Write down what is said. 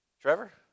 Trevor